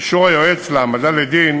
אישור היועץ להעמדה לדין